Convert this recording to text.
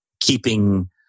keeping